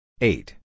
eight